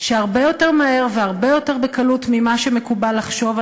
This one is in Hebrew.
שהרבה יותר מהר והרבה יותר בקלות ממה שמקובל לחשוב,